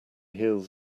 heels